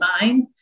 mind